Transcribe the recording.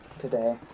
today